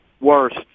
worst